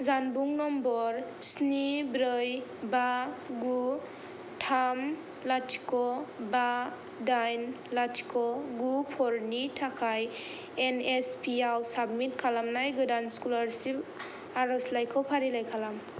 जानबुं नम्बर स्नि ब्रै बा गु थाम लथिख' बा दाइन लथिख' गु फर नि थाखाय एन एस पि आव साबमिट खालामनाय गोदान स्कलारसिप आरजलाइखौ फारिलाइ खालाम